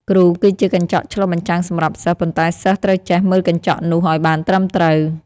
គ្រូគឺជាកញ្ចក់ឆ្លុះសម្រាប់សិស្ស ប៉ុន្តែសិស្សត្រូវចេះមើលកញ្ចក់នោះឱ្យបានត្រឹមត្រូវ។